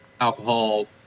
alcohol